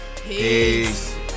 Peace